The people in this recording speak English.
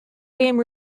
game